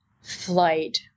flight